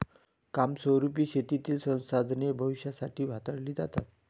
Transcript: कायमस्वरुपी शेतीतील संसाधने भविष्यासाठी हाताळली जातात